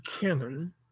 canon